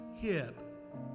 hip